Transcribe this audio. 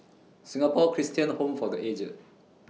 Singapore Christian Home For The Aged